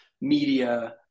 media